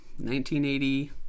1980